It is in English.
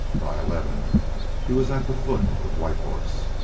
by eleven he was at the foot of white horse,